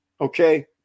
Okay